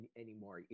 anymore